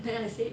then I say